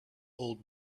old